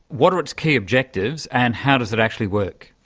what are its key objectives and how does that actually work?